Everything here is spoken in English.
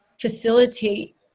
facilitate